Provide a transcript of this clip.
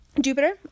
Jupiter